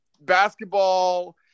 basketball